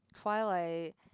Twilight